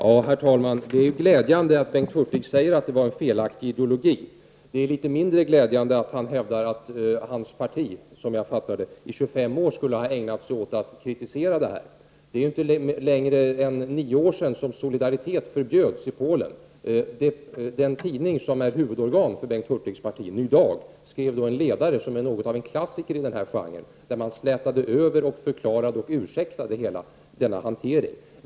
Herr talman! Det är glädjande att Bengt Hurtig säger att problemen delvis berodde på felaktig ideologi. Det är litet mindre glädjande att han hävdar att hans parti, som jag fattade det, i 25 år skulle ha ägnat sig åt att kritisera det här. Det är ju inte längre tid än nio år sedan Solidaritet förbjöds i Polen. Den tidning som är huvudorgan för Bengt Hurtigs parti — Ny Dag — skrev då en ledare, som är något av en klassiker i denna genre, där man slätade över, bortförklarade och ursäktade den här händelsen.